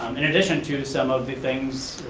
in addition to some of the things,